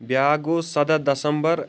بیٛاکھ گوٚو سَدا دسمبر